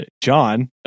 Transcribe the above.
john